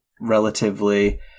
relatively